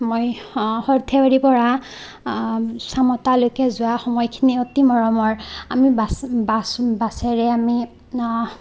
মই সৰ্থেবাৰী পৰা চামতালৈকে যোৱা সময়খিনি অতি মৰমৰ আমি বাছেৰে আমি